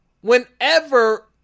whenever